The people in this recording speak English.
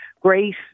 great